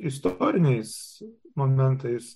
istoriniais momentais